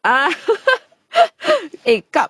ah eh gub